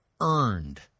earned